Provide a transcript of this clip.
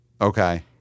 Okay